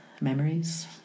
memories